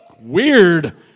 weird